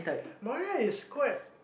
Maria is quite